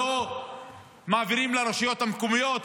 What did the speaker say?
לא מעבירים לרשויות המקומיות,